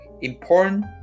important